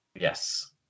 Yes